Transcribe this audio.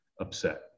upset